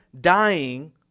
dying